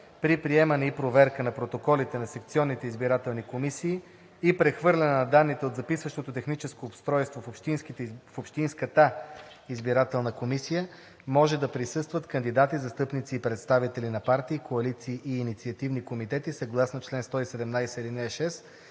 При приемане и проверка на протоколите на секционните избирателни комисии и прехвърляне на данните от записващото техническо устройство в общинската избирателна комисия може да присъстват кандидати, застъпници и представители на партии, коалиции и инициативни комитети съгласно чл. 117,